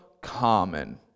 common